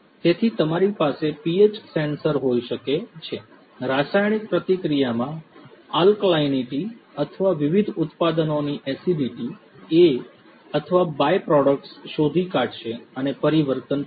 તેથી તમારી પાસે પીએચ સેન્સર હોઈ શકે છે રાસાયણિક પ્રતિક્રિયામાં આલ્કલાઇનિટી અથવા વિવિધ ઉત્પાદનોની એસિડિટી એ અથવા બાયપ્રોડક્ટ્સ શોધી કાઢશે અને પરિવર્તન પ્રક્રિયા